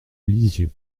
lisieux